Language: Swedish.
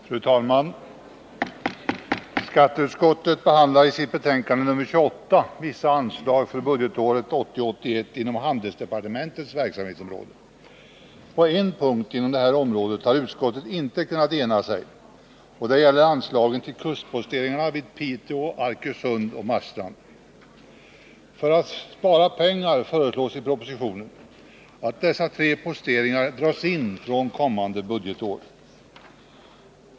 Fru talman! Skatteutskottet behandlar i sitt betänkande nr 28 vissa anslag för budgetåret 1980/81 inom handelsdepartementets verksamhetsområde. På en punkt inom detta område har utskottet inte kunnat ena sig, och det gäller anslagen till kustposteringarna vid Piteå, Arkösund och Marstrand. För att spara pengar föreslås i propositionen att dessa tre posteringar dras in från kommande budgetår.